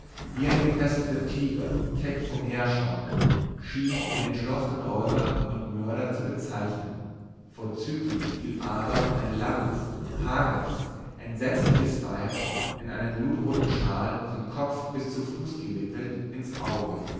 wie ein gefesselter tiger keck umherschaute schien den entschlossenen räuber und mörder zu bezeichnen vorzüglich fiel aber ein langes hageres entsetzliches weib in einen blutroten shawl vom kopf bis zu fuß gewickelt ins auge